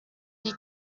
die